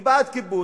היא בעד כיבוש,